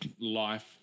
life